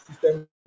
system